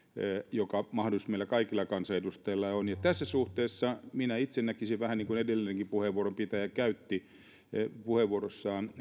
joka mahdollisuus meillä kaikilla kansanedustajilla on ja tässä suhteessa minä itse näkisin vähän niin kuin edellinenkin puheenvuoron pitäjä puheenvuorossaan